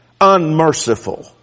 unmerciful